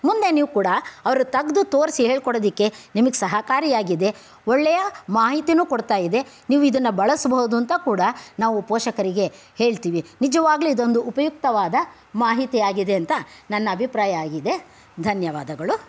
ಮುಂದೆ ನೀವು ಕೂಡ ಅವ್ರು ತೆಗ್ದು ತೋರಿಸಿ ಹೇಳಿಕೊಡೋದಕ್ಕೆ ನಿಮ್ಗೆ ಸಹಕಾರಿಯಾಗಿದೆ ಒಳ್ಳೆಯ ಮಾಹಿತಿಯೂ ಕೊಡ್ತಾಯಿದೆ ನೀವು ಇದನ್ನು ಬಳಸ್ಬಹುದಂತ ಕೂಡ ನಾವು ಪೋಷಕರಿಗೆ ಹೇಳ್ತೀವಿ ನಿಜವಾಗ್ಲು ಇದೊಂದು ಉಪಯುಕ್ತವಾದ ಮಾಹಿತಿಯಾಗಿದೆಂತ ನನ್ನ ಅಭಿಪ್ರಾಯವಾಗಿದೆ ಧನ್ಯವಾದಗಳು